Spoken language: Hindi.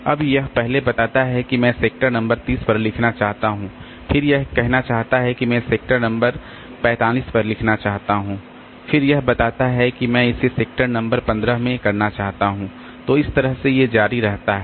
अब यह पहले बताता है कि मैं सेक्टर नंबर 30 पर लिखना चाहता हूं फिर यह कहना चाहता हूं कि मैं सेक्टर नंबर 45 पर लिखना चाहता हूं फिर यह बताता है कि मैं इसे सेक्टर नंबर 15 में करना चाहता हूं तो इस तरह से जारी रहता है